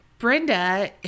Brenda